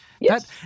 Yes